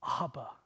Abba